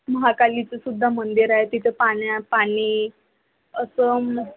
महाकालीचं सुद्धा मंदिर आहे तिथं पाण्या पाणी असं